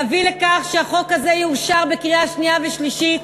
להביא לכך שהחוק הזה יאושר בקריאה שנייה ושלישית,